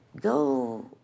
go